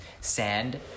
sand